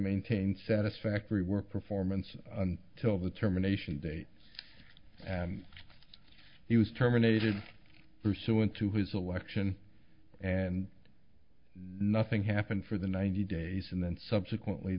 maintain satisfactory work performance till the terminations date and he was terminated pursuant to his election and nothing happened for the ninety days and then subsequently